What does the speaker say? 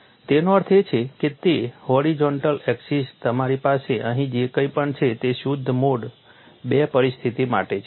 તો તેનો અર્થ એ છે કે હોરિઝોન્ટલ એક્સિસ તમારી પાસે અહીં જે કંઈ પણ છે તે શુદ્ધ મોડ II પરિસ્થિતિ માટે છે